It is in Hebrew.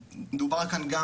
דובר כאן גם